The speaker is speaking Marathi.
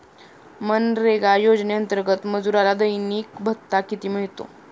मनरेगा योजनेअंतर्गत मजुराला दैनिक भत्ता किती मिळतो?